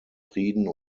frieden